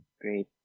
great